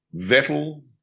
Vettel